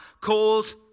called